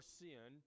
sin